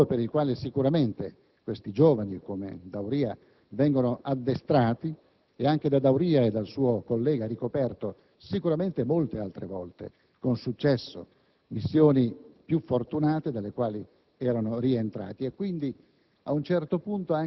È un ruolo per il quale sicuramente i giovani come D'Auria vengono addestrati e anche da D'Auria e dal suo collega ricoperto sicuramente molte altre volte con successo, in missioni più fortunate dalle quali erano rientrati.